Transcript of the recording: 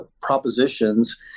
propositions